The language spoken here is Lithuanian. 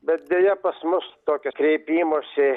bet deja pas mus tokio kreipimosi